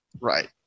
Right